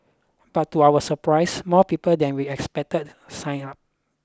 but to our surprise more people than we expected signed up